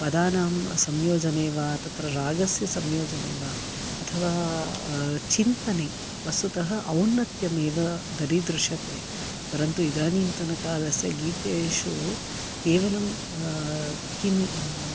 पदानां संयोजने वा तत्र रागस्य संयोजने वा अथवा चिन्तने वस्तुतः औन्नत्यम् एव दरीदृश्यते परन्तु इदानींतनकालस्य गीतेषु केवलं किं